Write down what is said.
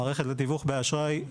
במערכת לתיווך באשראי,